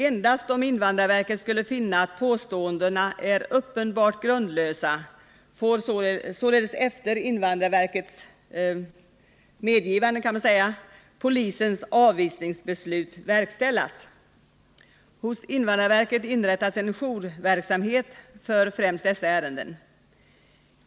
Endast om invandrarverket skulle finna att påståendena är uppenbart grundlösa får, således efter invandrarverkets medgivande, polisens avvisningsbeslut verkställas. Hos invandrarverket inrättas en jourverksamhet för främst dessa ärenden.